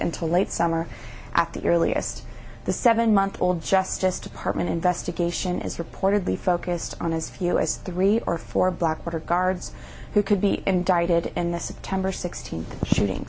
until late summer at the earliest the seven month old justice department investigation is reportedly focused on as few as three or four blackwater guards who could be indicted in the september sixteenth shooting